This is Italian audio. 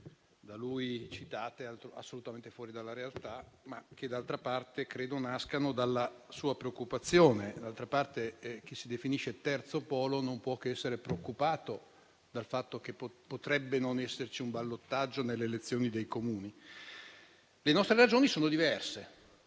da lui citate sono assolutamente fuori dalla realtà. D'altra parte, credo che nascano da una sua preoccupazione: chi si definisce terzo polo non può che essere preoccupato del fatto che potrebbe non esserci un ballottaggio nelle elezioni dei Comuni. Le nostre ragioni sono diverse,